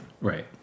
right